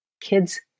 kids